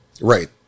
Right